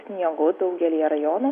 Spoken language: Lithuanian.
sniegu daugelyje rajonų